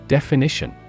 Definition